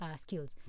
Skills